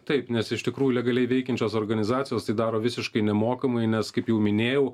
taip nes iš tikrųjų legaliai veikiančios organizacijos tai daro visiškai nemokamai nes kaip jau minėjau